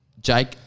Jake